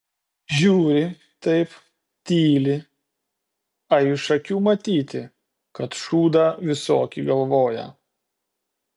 žiūri taip tyli a iš akių matyti kad šūdą visokį galvoja